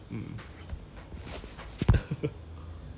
health benefits of whiskey